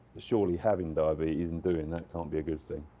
surely having diabetes and doing that can't be a good thing.